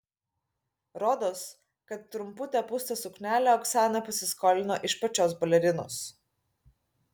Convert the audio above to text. rodos kad trumputę pūstą suknelę oksana pasiskolino iš pačios balerinos